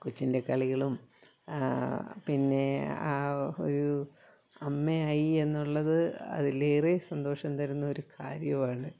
കൊച്ചിൻ്റെ കളികളും പിന്നെ ഒരു അമ്മയായിയെന്നുള്ളത് അതിലേറെ സന്തോഷം തരുന്ന ഒരു കാര്യമാണ്